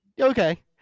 Okay